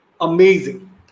amazing